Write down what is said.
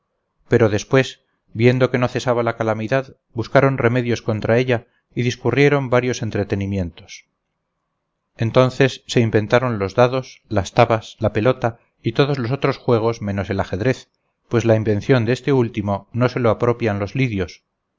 pero después viendo que no cesaba la calamidad buscaron remedios contra ella y discurrieron varios entretenimientos entonces se inventaron los dados las tabas la pelota y todos los otros juegos menos el ajedrez pues la invención de este último no se lo apropian los lidios